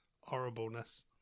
horribleness